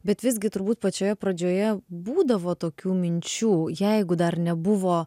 bet visgi turbūt pačioje pradžioje būdavo tokių minčių jeigu dar nebuvo